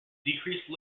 decrease